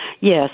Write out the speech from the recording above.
Yes